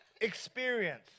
experience